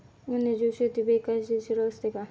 वन्यजीव शेती बेकायदेशीर असते का?